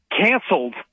canceled